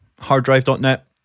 harddrive.net